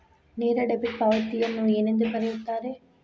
ನೇರ ಡೆಬಿಟ್ ಪಾವತಿಯನ್ನು ಏನೆಂದು ಕರೆಯುತ್ತಾರೆ?